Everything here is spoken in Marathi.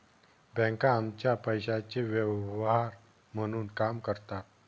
बँका आमच्या पैशाचे व्यवहार म्हणून काम करतात